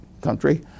country